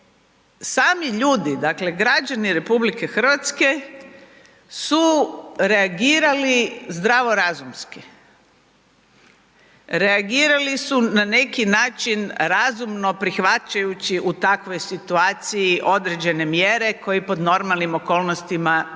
sami ljudi dakle građani RH su reagirali zdravorazumski, reagirali su na neki način razumno prihvaćajući u takvoj situaciji određene mjere koje pod normalnim okolnostima nikad